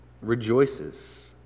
rejoices